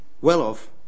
well-off